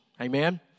Amen